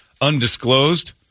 undisclosed